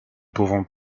pouvons